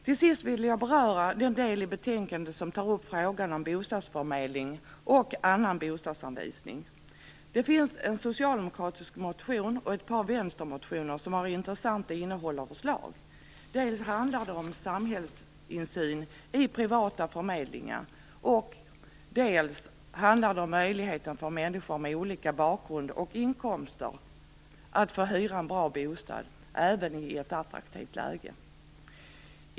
Till sist vill jag beröra den del i betänkandet som tar upp frågan om bostadsförmedling och annan bostadsanvisning. Det finns en socialdemokratisk motion och ett par vänstermotioner som har intressanta innehåll och förslag. Dels handlar det om samhällsinsyn i privata förmedlingar, dels handlar det om möjligheten för människor med olika bakgrund och inkomster att hyra en bra bostad, även i ett attraktivt läge.